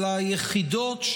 אלא היחידות,